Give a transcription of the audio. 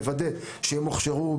לוודא שהם הוכשרו,